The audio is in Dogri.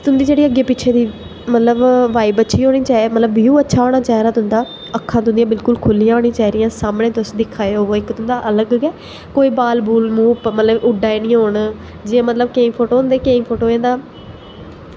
तुं'दी जेह्ड़ी अग्गें पिच्छें दी मतलब वाइब अच्छी होऐ मतलब व्यू अच्छा होना चाहिदा तुं'दा अक्खां तुं'दियां बिल्कुल खु'ल्ली दियां होनियां चाही दियां सामने तुस दिक्खा दे होवो इक तुं'दा अलग गै कोई बाल बूल मतलब मुंह् पर उड्डा दे निं होन जि'यां मतलब केईं फोटो होंदे केईं फोटोएं दा